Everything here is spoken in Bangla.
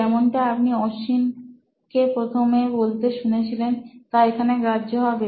যেমনটা আপনি অশ্বিন কে প্রথমে বলতে শুনেছিলেন তা এখানে গ্রাহ্য হবে